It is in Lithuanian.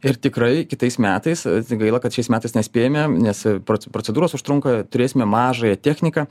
ir tikrai kitais metais gaila kad šiais metais nespėjame nes pro procedūros užtrunka turėsime mažąją techniką